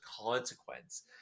consequence